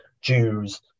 Jews